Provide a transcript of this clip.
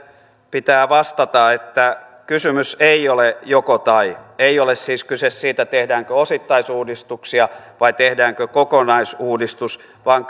pitää vastata että kysymys ei ole joko tai ei ole siis kyse siitä tehdäänkö osittaisuudistuksia vai tehdäänkö kokonaisuudistus vaan